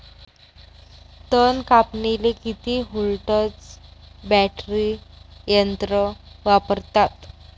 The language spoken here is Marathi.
तन कापनीले किती व्होल्टचं बॅटरी यंत्र वापरतात?